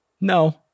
No